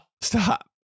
Stop